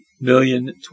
million